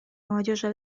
молодежи